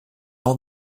all